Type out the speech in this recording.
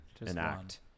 enact